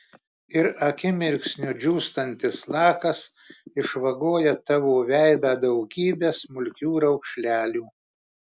ir akimirksniu džiūstantis lakas išvagoja tavo veidą daugybe smulkių raukšlelių